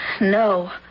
No